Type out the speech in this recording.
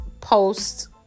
post